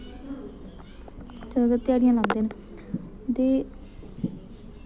जैदातर धयाड़ियां लांदे न ते